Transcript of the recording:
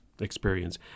experience